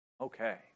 okay